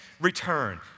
return